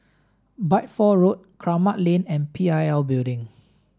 Bideford Road Kramat Lane and P I L Building